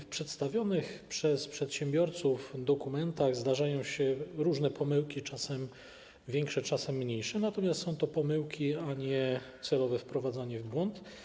W przedstawianych przez przedsiębiorców dokumentach zdarzają się różne pomyłki, czasem większe, czasem mniejsze, natomiast są to pomyłki, a nie celowe wprowadzanie w błąd.